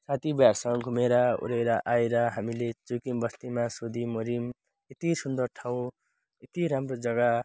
साथी भाइहरूसँग घुमेर अरेर आएर हामीले चुइकिम बस्तीमा सोध्यौँ अर्यौँ यति सुन्दर ठाउँ यति राम्रो जगा